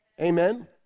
Amen